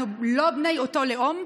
אנחנו לא בני אותו לאום?